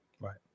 Right